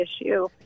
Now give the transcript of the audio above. issue